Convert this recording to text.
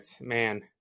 man